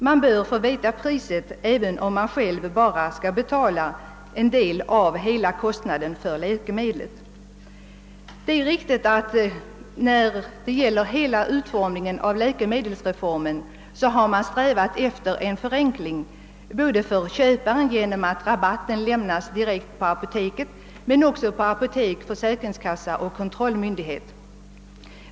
Man bör få veta priset även om man själv bara skall betala en del av kostnaden för läkemedlet. Det är riktigt att man i hela utformningen av läkemedelsreformen har strävat efter en förenkling, både för köparen genom att rabatten lämnas direkt på apoteket och dessutom för apotek, försäkringskassa och kontrollmyndighet.